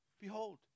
behold